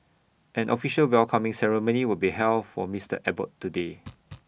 an official welcoming ceremony will be held for Mister Abbott today